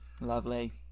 Lovely